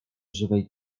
żywej